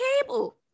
cable